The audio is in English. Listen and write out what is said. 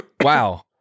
Wow